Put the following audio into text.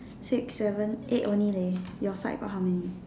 six seven eight only leh your side got how many